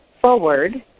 forward